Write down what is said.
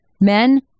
Men